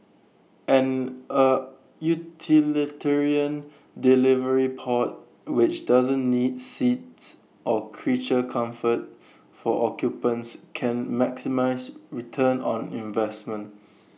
and A utilitarian delivery pod which doesn't need seats or creature comforts for occupants can maximise return on investment